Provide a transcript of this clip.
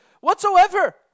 whatsoever